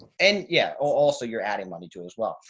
and yeah, also you're adding money too as well.